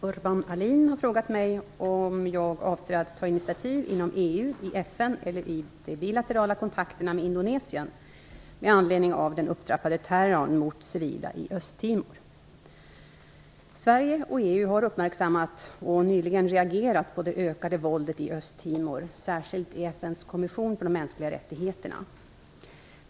Fru talman! Urban Ahlin har frågat mig om jag avser att ta initiativ inom EU, i FN eller i de bilaterala kontakterna med Indonesien med anledning av den upptrappade terrorn mot civila i Östtimor. Sverige och EU har uppmärksammat och nyligen reagerat på det ökade våldet i Östtimor, särskilt i FN:s kommission för de mänskliga rättigheterna.